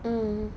mm